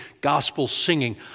gospel-singing